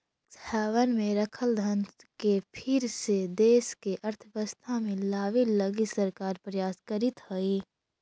tax haven में रखल धन के फिर से देश के अर्थव्यवस्था में लावे लगी सरकार प्रयास करीतऽ हई